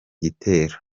gitero